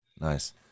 nice